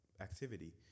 activity